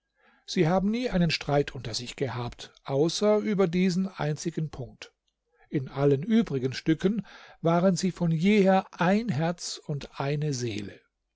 sie haben nie einen streit unter sich gehabt außer über diesen einzigen punkt in allen übrigen stücken waren sie von jeher ein herz und eine seele